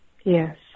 Yes